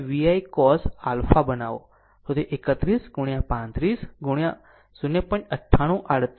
એ જ રીતે P PVI cos alpha બનાવો તો 31 35 0